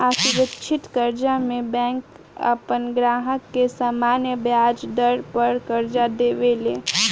असुरक्षित कर्जा में बैंक आपन ग्राहक के सामान्य ब्याज दर पर कर्जा देवे ले